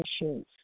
issues